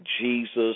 Jesus